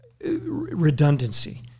redundancy